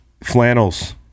flannels